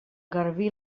garbí